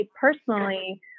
personally